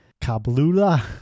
Cablula